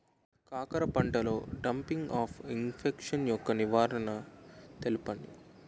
కాకర పంటలో డంపింగ్ఆఫ్ని ఇన్ఫెక్షన్ యెక్క నివారణలు తెలపండి?